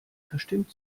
verstimmt